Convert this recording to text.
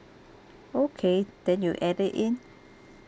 okay then you add it in